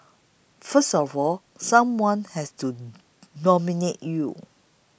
first of all someone has to nominate you